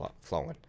flowing